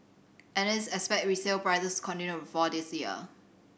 analysts expect resale prices continue to fall this year